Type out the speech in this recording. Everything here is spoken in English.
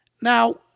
Now